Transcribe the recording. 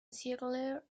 ziegler